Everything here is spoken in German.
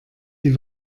die